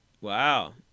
Wow